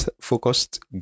focused